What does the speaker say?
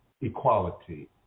equality